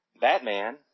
Batman